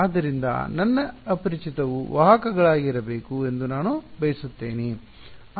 ಆದ್ದರಿಂದ ನನ್ನ ಅಪರಿಚಿತವು ವಾಹಕಗಳಾಗಿರಬೇಕು ಎಂದು ನಾನು ಬಯಸುತ್ತೇನೆ